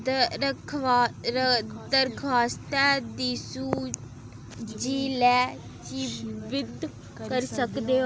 दरखास्तै दी सू जि'ले चीबद्ध करी सकदे ओ